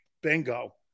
bingo